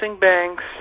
banks